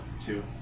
Two